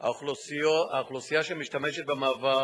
האוכלוסייה שמשתמשת במעבר